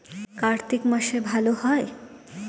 কার্তিক মাসে ভালো হয়?